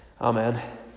Amen